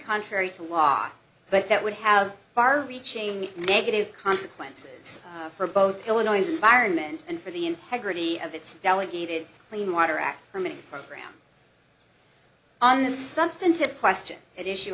contrary to law but that would have far reaching negative consequences for both illinois environment and for the integrity of its delegated clean water act from an program on the substantive question at issue